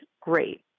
great